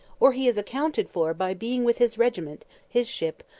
or he is accounted for by being with his regiment, his ship,